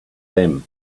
them